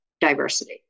diversity